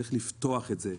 צריך לפתוח את זה,